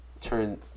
turn